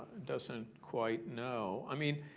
doesn't quite know. i mean,